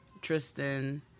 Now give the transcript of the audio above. Tristan